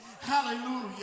Hallelujah